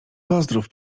pozdrów